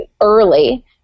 early